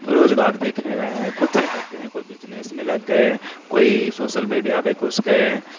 روزگار دیکھ نہیں رہے ہیں خود سے کرتے ہیں کوئی بجنیس میں لگ گئے کوئی سوسل میڈیا پہ گھس گئے